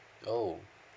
oh